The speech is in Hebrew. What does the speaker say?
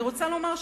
אני רוצה לומר,